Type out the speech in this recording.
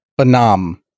banam